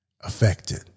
affected